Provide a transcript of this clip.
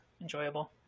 enjoyable